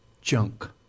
junk